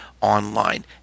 online